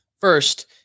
First